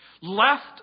left